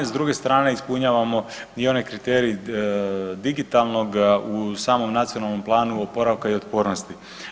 S druge strane ispunjavamo i one kriterije digitalnog u samom Nacionalnom planu oporavka i otpornosti.